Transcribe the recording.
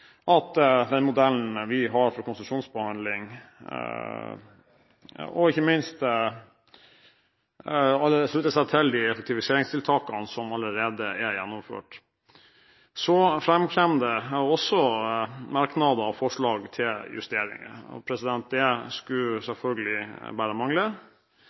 den modellen vi har for konsesjonsbehandling, og – ikke minst – at man slutter seg til de effektiviseringstiltakene som allerede er gjennomført. Så framkommer det også merknader og forslag til justeringer, det skulle selvfølgelig bare mangle.